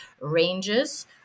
ranges